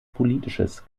politisches